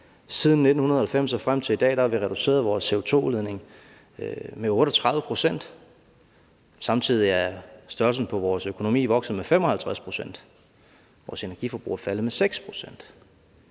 Siden 1990 og frem til i dag har vi reduceret vores CO2-udledning med 38 pct. Samtidig er størrelsen på vores økonomi vokset med 55 pct. Vores energiforbrug er faldet med 6 pct.